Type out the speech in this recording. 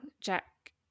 Jack